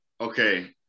Okay